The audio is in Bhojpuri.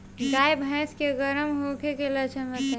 गाय भैंस के गर्म होखे के लक्षण बताई?